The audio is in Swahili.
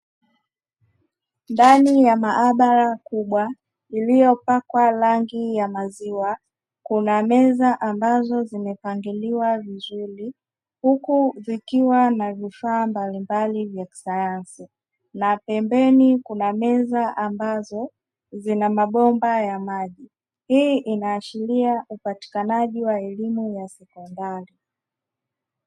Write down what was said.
Ndani ya maabara kubwa iliyopakwa rangi ya maziwa, kuna meza ambazo zimepangiliwa vizuri huku vikiwa na vifaa mbalimbali vya kisayansi na pembeni kuna meza ambazo zina mabomba ya maji, hii inaashiria upatikanaji wa elimu ya sekondari.